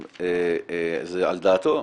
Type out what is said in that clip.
זה על דעתו?